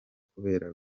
kubera